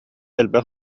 элбэх